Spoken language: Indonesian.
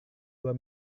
dua